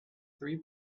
three